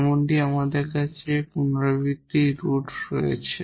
যেমনটি আমাদের ক্ষেত্রে রিপিটেড রুট আছে